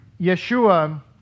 Yeshua